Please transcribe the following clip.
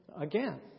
again